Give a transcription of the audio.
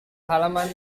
halaman